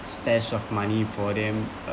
stash of money for them uh